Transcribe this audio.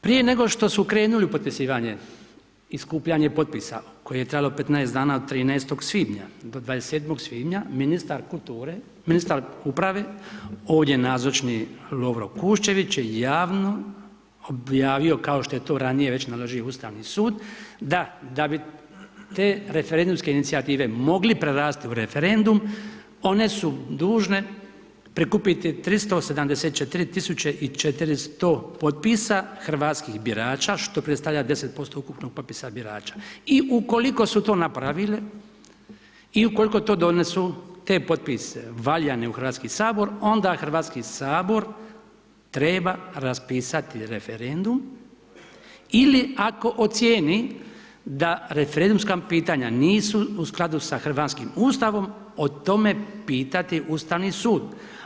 Prije nego što su krenuli u potpisivanje i skupljanje potpisa koje je trajalo 15 dana od 13. svibnja do 27. svibnja, ministar uprave, ovdje nazočni Lovro Kuščević je javno objavio kao što je ranije to naložio Ustavni sud, da, da bi te referendumske inicijative mogle prerasti u referendum, one su dužne prikupiti 374 tisuće i 400 potpisa hrvatskih birača, što predstavlja 10% ukupnog popisa birača, i ukoliko su to napravile i ukoliko to donesu, te potpise valjane u HS, onda HS treba raspisati referendum ili ako ocijeni da referendumska pitanja nisu u skladu sa hrvatskim Ustavom, o tome pitati Ustavni sud.